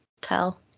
tell